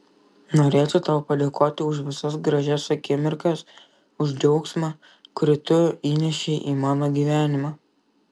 norėčiau tau padėkoti už visas gražias akimirkas už džiaugsmą kurį tu įnešei į mano gyvenimą